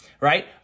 right